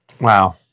Wow